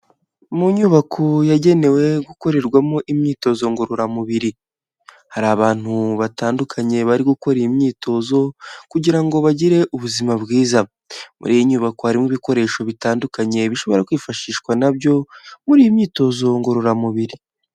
Mu nyubako yagenewe gukorerwamo imyitozo ngororamubiri, hari abantu batandukanye bari gukora imyitozo kugira ngo bagire ubuzima bwiza, muri iyi nyubako harimo ibikoresho bitandukanye bishobora kwifashishwa nabyo muri iyi myitozo ngororamubiri.